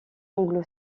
anglo